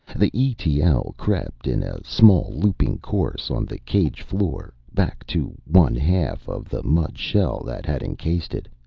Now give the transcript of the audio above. the e t l. crept in a small looping course on the cage floor, back to one half of the mud shell that had encased it.